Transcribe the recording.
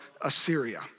Assyria